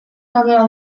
kamera